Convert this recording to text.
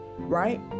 Right